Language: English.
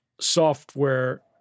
software